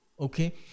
Okay